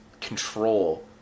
control